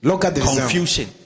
confusion